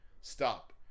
stop